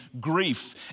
grief